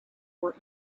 were